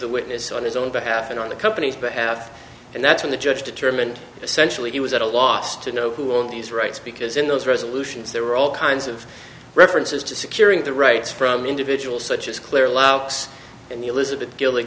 the witness on his own behalf and on the company's behalf and that's when the judge determined essentially he was at a loss to know who all these rights because in those resolutions there were all kinds of references to securing the rights from individuals such as claire loucks and the elizabeth gil